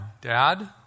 dad